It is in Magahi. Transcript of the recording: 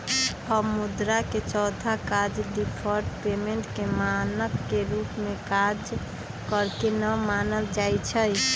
अब मुद्रा के चौथा काज डिफर्ड पेमेंट के मानक के रूप में काज करेके न मानल जाइ छइ